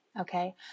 okay